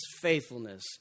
faithfulness